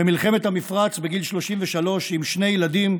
במלחמת המפרץ, בגיל 33, עם שני ילדים,